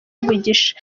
umugisha